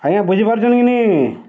ଆଜ୍ଞା ବୁଝିପାରୁଛନ୍ କିି ନି